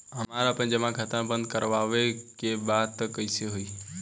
हमरा आपन जमा खाता बंद करवावे के बा त कैसे होई?